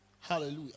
Hallelujah